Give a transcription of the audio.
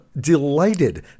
delighted